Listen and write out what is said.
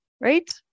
right